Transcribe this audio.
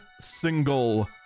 single